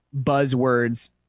buzzwords